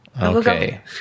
Okay